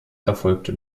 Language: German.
erfolgte